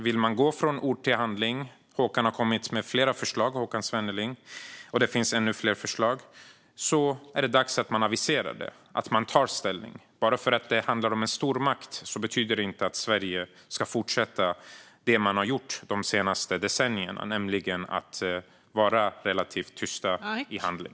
Vill man gå från ord till handling - Håkan Svenneling har kommit med flera förslag, och det finns ännu fler - är det dags att man aviserar det, att man tar ställning. Bara för att det handlar om en stormakt betyder inte det att Sverige ska fortsätta det man har gjort de senaste decennierna, nämligen att vara relativt tyst i handling.